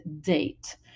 date